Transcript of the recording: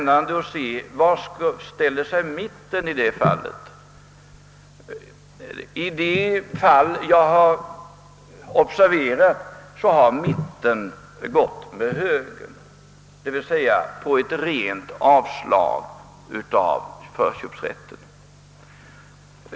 I de fall jag observerat har mittenpartierna vid voteringen i fullmäktigeförsamlingarna gått med högern, d.v.s. på avslagslinjen.